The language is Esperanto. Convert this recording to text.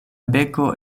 beko